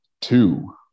two